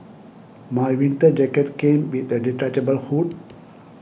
my winter jacket came with a detachable hood